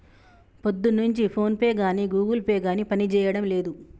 పొద్దున్నుంచి ఫోన్పే గానీ Google Pay గానీ పనిజేయడం లేదు